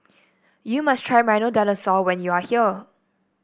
you must try Milo Dinosaur when you are here